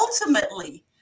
ultimately